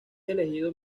elegido